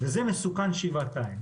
וזה מסוכן שבעתיים.